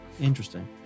Interesting